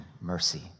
mercy